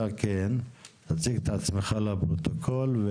תציג את עצמך לפרוטוקול.